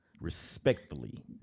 respectfully